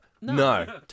no